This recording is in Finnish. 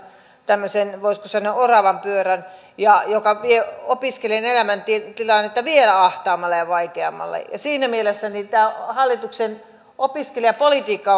tämmöisen voisiko sanoa oravanpyörän joka vie opiskelijan elämäntilannetta vielä ahtaammalle ja vaikeammalle siinä mielessä tämä hallituksen opiskelijapolitiikka